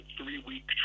three-week